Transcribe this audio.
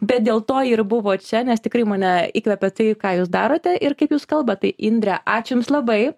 bet dėl to ir buvo čia nes tikrai mane įkvėpė tai ką jūs darote ir kaip jūs kalbat tai indre ačiū jums labai